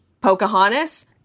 Pocahontas